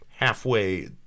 halfway